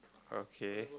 okay